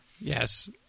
Yes